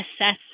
assess